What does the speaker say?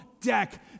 Deck